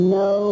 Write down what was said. no